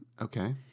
Okay